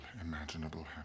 imaginable